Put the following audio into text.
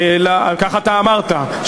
כך אתה אמרת,